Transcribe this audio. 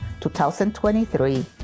2023